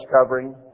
covering